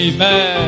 Amen